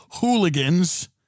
hooligans